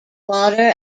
water